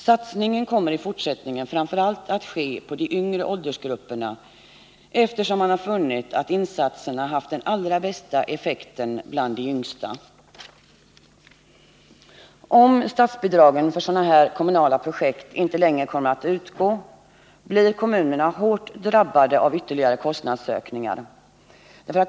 Satsningen kommer i fortsättningen framför allt att ske på de yngre ålderskategorierna, eftersom man har funnit att insatserna haft den allra bästa effekten bland de yngsta. Om statsbidrag för sådana här kommunala projekt inte längre kommer att utgå, blir kommunerna hårt drabbade av ytterligare kostnadsökningar.